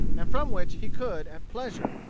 and from which he could, at pleasure,